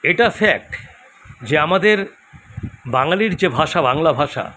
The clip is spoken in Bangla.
এটা ফ্যাক্ট যে আমাদের বাঙালির যে ভাষা বাংলা ভাষা